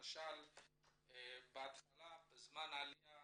למשל בתחילה בזמן העלייה